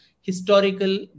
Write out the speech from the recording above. historical